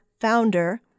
founder